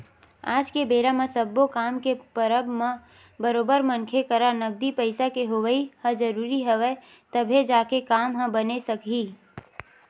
आज के बेरा म सब्बो काम के परब म बरोबर मनखे करा नगदी पइसा के होवई ह जरुरी हवय तभे जाके काम ह बने सकही